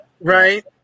Right